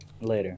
Later